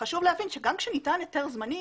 חשוב להבין שגם כאשר ניתן היתר זמני,